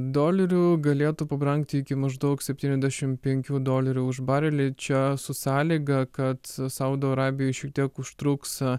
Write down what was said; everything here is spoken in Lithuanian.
dolerių galėtų pabrangti iki maždaug septyniasdešimt penkių dolerių už barelį čia su sąlyga kad saudo arabijoj šiek tiek užtruks